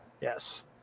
Yes